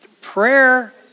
prayer